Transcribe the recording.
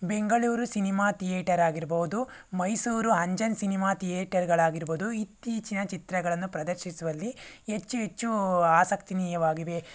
Bengaluru cinema ಥಿಯೇಟರಾಗಿರಬಹುದು Mysuru Anjan cinema ಥಿಯೇಟರ್ಗಳಾಗಿರಬಹುದು ಇತ್ತೀಚಿನ ಚಿತ್ರಗಳನ್ನು ಪ್ರದರ್ಶಿಸುವಲ್ಲಿ ಹೆಚ್ಚು ಹೆಚ್ಚು ಆಸಕ್ತನೀಯವಾಗಿದೆ